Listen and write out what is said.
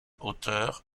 auteure